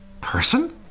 Person